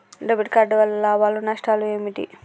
Debit card వల్ల లాభాలు నష్టాలు ఏమిటి?